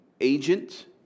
agent